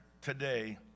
today